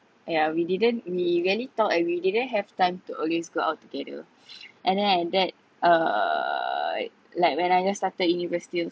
yeah we didn't we rarely talk and we didn't have time to always go out together and then like that err like when I just started university also